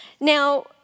Now